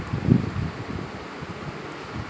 Car or ఇల్లు కొనడానికి insurance తీస్కోవచ్చా?